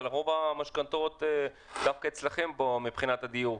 רוב המשכנתאות דווקא אצלכם מבחינת הדיור.